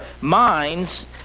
minds